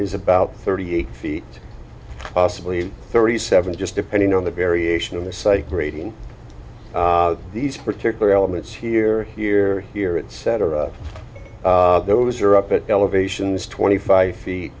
is about thirty eight feet sibley thirty seven just depending on the variation in the psych grade in these particular elements here here here at center those are up at elevations twenty five feet